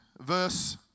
verse